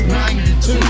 92